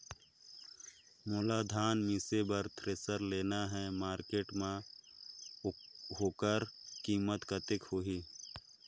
मोला धान मिसे बर थ्रेसर लेना हे मार्केट मां होकर कीमत कतेक होही?